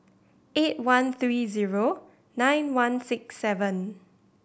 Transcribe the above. eight one three zero nine one six seven